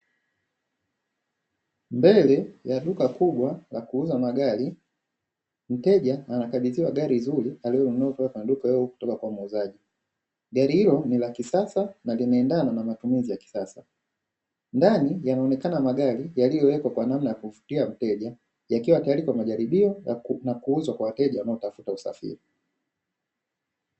Mbele ya duka kubwa la kuuza magari mteja anakabithiwa gari zuri aliyonunua kutoka kwa muuzaji gari hilo ni la kisasa na linaendana na matumizi ya kisasa ndani yanaonekana magari yaliyowekwa kwa namna ya kufutia mteja yakiwa tayari kwa majaribio na kuuzwa kwa wateja wanaotafuta usafiri.